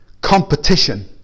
Competition